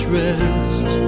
rest